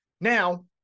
Now